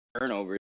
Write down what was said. turnovers